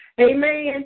Amen